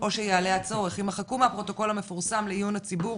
או שיעלה הצורך יימחקו מהפרוטוקול המפורסם לעיון הציבור